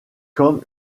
comme